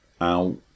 out